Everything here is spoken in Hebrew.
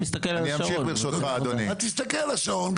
אני מסתכל על השעון.